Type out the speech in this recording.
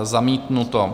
Zamítnuto.